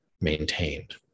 maintained